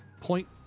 point